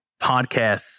podcasts